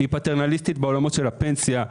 היא פטרנליסטית בעולמות של הפנסיה,